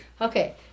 Okay